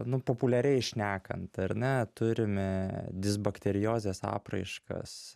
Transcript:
nu populiariai šnekant ar ne turime disbakteriozės apraiškas